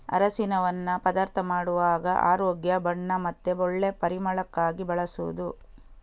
ಅರಸಿನವನ್ನ ಪದಾರ್ಥ ಮಾಡುವಾಗ ಆರೋಗ್ಯ, ಬಣ್ಣ ಮತ್ತೆ ಒಳ್ಳೆ ಪರಿಮಳಕ್ಕಾಗಿ ಬಳಸುದು